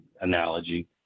analogy